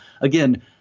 again